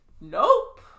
Nope